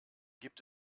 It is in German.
gibt